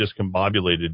discombobulated